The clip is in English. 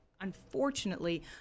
unfortunately